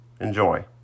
Enjoy